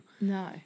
No